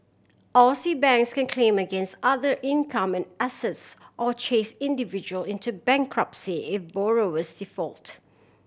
Aussie banks can claim against other income and assets or chase individual into bankruptcy if borrowers default